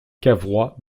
cavrois